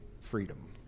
freedom